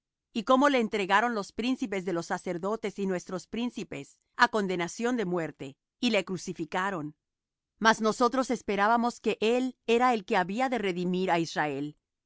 y cómo le entregaron los príncipes de los sacerdotes y nuestros príncipes á condenación de muerte y le crucificaron mas nosotros esperábamos que él era el que había de redimir á israel y